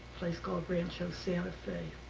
place called rancho santa fe.